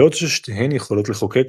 בעוד ששתיהן יכולות לחוקק,